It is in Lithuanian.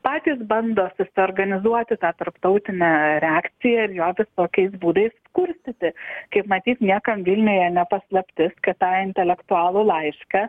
patys bando susiorganizuoti tą tarptautinę reakciją ir jo visokiais būdais kurstyti kaip matyt niekam vilniuje ne paslaptis kad tą intelektualų laišką